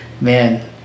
man